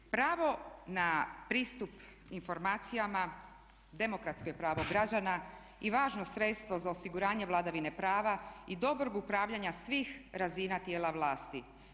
Pravo na pristup informacijama demokratsko je pravo građana i važno sredstvo za osiguranje vladavine prava i dobrog upravljanja svih razina tijela vlasti.